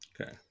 Okay